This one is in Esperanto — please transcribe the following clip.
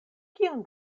kiun